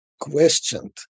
questioned